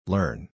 Learn